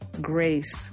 grace